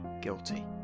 guilty